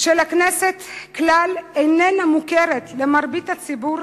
של הכנסת כלל אינה מוכרת למרבית הציבור